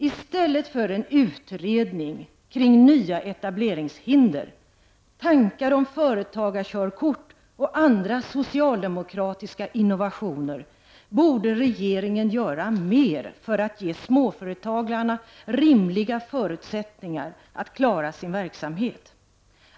I stället för en utredning kring nya etableringshinder, tankar om företagarkörkort och andra socialdemokratiska innovationer borde regeringen göra mer för att ge småföretagarna rimliga förutsättningar att klara sin verksamhet.